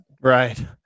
Right